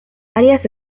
varias